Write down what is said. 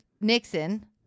Nixon